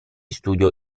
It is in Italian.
studio